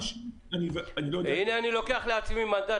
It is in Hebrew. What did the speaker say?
אני לא יודע --- אני לוקח לעצמי מנדט